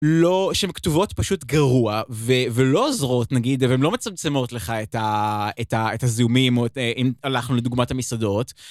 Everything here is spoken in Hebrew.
לא, שהן כתובות פשוט גרוע, ולא עוזרות נגיד, והן לא מצמצמות לך את הזיהומים, אם הלכנו לדוגמת המסעדות.